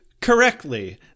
correctly